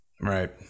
Right